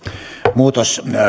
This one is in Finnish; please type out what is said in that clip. muutos